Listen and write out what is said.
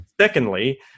secondly